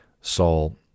Saul